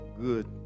good